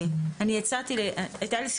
אני אלעד טובי,